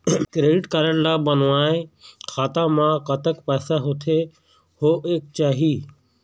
Credit card ला बनवाए खाता मा कतक पैसा होथे होएक चाही?